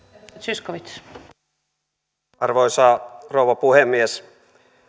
arvoisa rouva puhemies